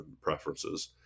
preferences